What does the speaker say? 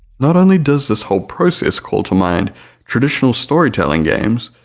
not only does this whole process call to mind traditional storytelling games,